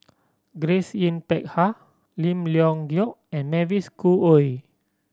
Grace Yin Peck Ha Lim Leong Geok and Mavis Khoo Oei